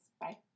Bye